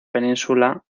península